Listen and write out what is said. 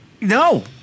No